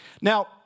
Now